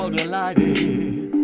delighted